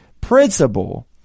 principle